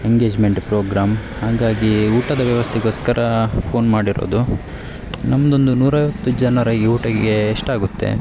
engagement programme ಹಾಗಾಗಿ ಊಟದ ವ್ಯವಸ್ಥೆಗೋಸ್ಕರ ಫೋನ್ ಮಾಡಿರೋದು ನಮ್ಮದೊಂದು ನೂರೈವತ್ತು ಜನರಿಗೆ ಊಟಕ್ಕೆ ಎಷ್ಟು ಆಗುತ್ತೆ